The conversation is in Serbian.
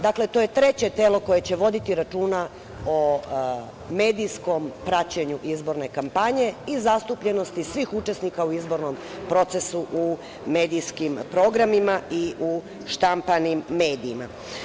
Dakle, to je treće telo koje će voditi računa o medijskom praćenju izborne kampanje i zastupljenosti svih učesnika u izbornom procesu u medijskim programima i u štampanim medijima.